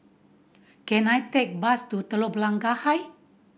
can I take a bus to Telok Blangah Height